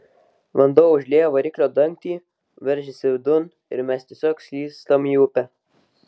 vanduo užlieja variklio dangtį veržiasi vidun ir mes tiesiog slystam į upę